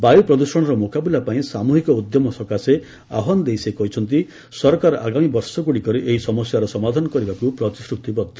ବାୟୁ ପ୍ରଦ୍ଷଣର ମୁକାବିଲା ପାଇଁ ସାମୁହିକ ଉଦ୍ୟମ ସକାଶେ ଆହ୍ୱାନ ଦେଇ ସେ କହିଛନ୍ତି ସରକାର ଆଗାମୀ ବର୍ଷଗୁଡ଼ିକରେ ଏହି ସମସ୍ୟାର ସମାଧାନ କରିବାକୁ ପ୍ରତିଶ୍ରତିବଦ୍ଧ